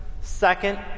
second